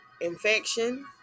infection